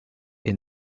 est